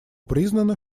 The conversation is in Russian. признано